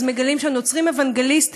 מגלים שהם נוצרים אוונגליסטים,